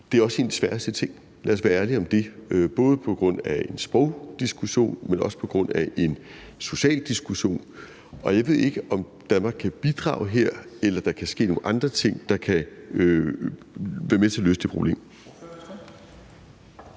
Det er også en af de sværeste ting – lad os være ærlige om det – både på grund af en sprogdiskussion, men også på grund af en social diskussion. Og jeg ved ikke, om Danmark kan bidrage her, eller der kan ske nogle andre ting, der kan være med til at løse det problem.